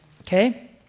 okay